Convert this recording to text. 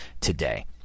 today